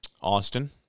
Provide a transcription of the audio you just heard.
Austin